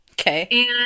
Okay